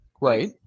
Right